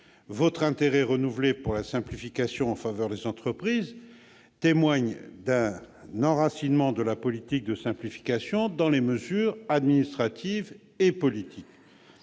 Votre intérêt renouvelé pour la simplification en faveur des entreprises témoigne d'un enracinement de la politique de simplification dans les moeurs administratives et politiques.